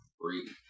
free